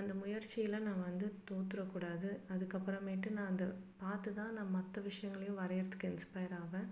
அந்த முயற்சியில் நான் வந்து தோத்துடக்கூடாது அதுக்கப்புறமேட்டு நான் அந்த பார்த்து தான் நான் மற்ற விஷயங்களையும் வரைகிறத்துக்கு இன்ஸ்பையர் ஆவேன்